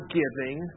giving